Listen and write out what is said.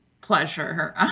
pleasure